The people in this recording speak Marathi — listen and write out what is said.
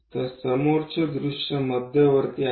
तर समोरचे दृश्य मध्यवर्ती आहे